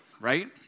right